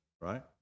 right